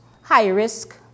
high-risk